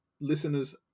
listeners